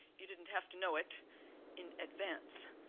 you didn't have to know it in advance.